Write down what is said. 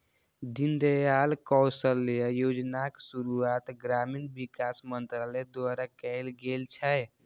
दीनदयाल कौशल्य योजनाक शुरुआत ग्रामीण विकास मंत्रालय द्वारा कैल गेल छै